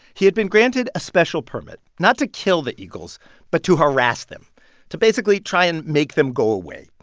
he had been granted a special permit not to kill the eagles but to harass them to basically try and make them go away.